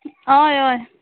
हय हय